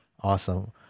Awesome